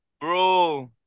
Bro